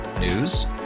News